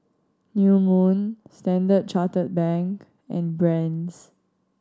New Moon Standard Chartered Bank and Brand's